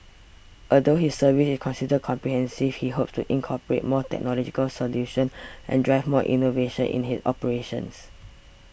although his service is considered comprehensive he hopes to incorporate more technological solutions and drive more innovation in his operations